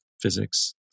physics